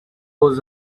was